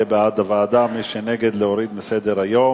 יהיה בעד ועדה, מי שנגד, להוריד מסדר-היום.